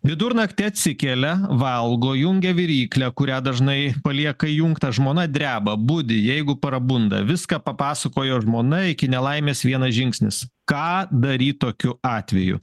vidurnaktį atsikelia valgo jungia viryklę kurią dažnai palieka įjungtą žmona dreba budi jeigu prabunda viską papasakojo žmona iki nelaimės vienas žingsnis ką daryt tokiu atveju